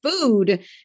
food